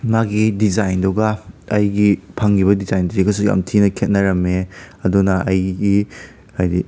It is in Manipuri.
ꯃꯥꯒꯤ ꯗꯤꯖꯥꯏꯟꯗꯨꯒ ꯑꯩꯒꯤ ꯐꯪꯉꯤꯕ ꯗꯤꯖꯥꯏꯟꯁꯤꯒꯁꯨ ꯌꯥꯝ ꯊꯤꯅ ꯈꯦꯠꯅꯔꯝꯃꯦ ꯑꯗꯨꯅ ꯑꯩꯒꯤ ꯍꯥꯏꯗꯤ